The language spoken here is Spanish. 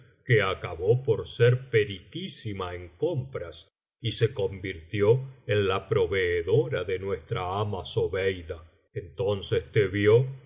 que acabó por ser peritísima en compras y se convirtió en la proveedora de nuestra ama zobeida entonces te vio